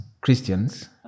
Christians